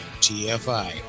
TFI